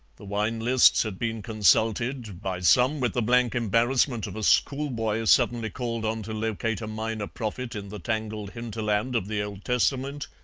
the wine lists had been consulted, by some with the blank embarrassment of a schoolboy suddenly called on to locate a minor prophet in the tangled hinterland of the old testament,